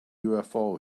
ufo